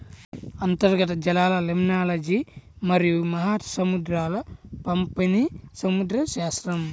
అంతర్గత జలాలలిమ్నాలజీమరియు మహాసముద్రాల పంపిణీసముద్రశాస్త్రం